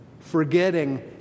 Forgetting